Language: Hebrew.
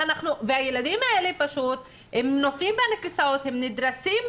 והילדים האלה פשוט נופלים בין הכיסאות ונדרסים